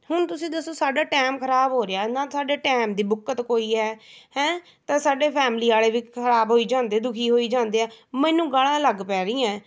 ਹੁਣ ਤੁਸੀਂ ਦੱਸੋ ਸਾਡਾ ਟੈਮ ਖਰਾਬ ਹੋ ਰਿਹਾ ਇੰਨਾ ਸਾਡੇ ਟਾਇਮ ਦੀ ਬੁੱਕਤ ਕੋਈ ਹੈ ਹੈ ਤਾਂ ਸਾਡੇ ਫੈਮਿਲੀ ਵਾਲੇ ਵੀ ਖਰਾਬ ਹੋਈ ਜਾਂਦੇ ਦੁਖੀ ਹੋਈ ਜਾਂਦੇ ਆ ਮੈਨੂੰ ਗਾਲ੍ਹਾਂ ਅਲੱਗ ਪੈ ਰਹੀਆਂ